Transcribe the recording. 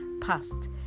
past